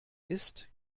ist